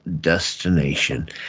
Destination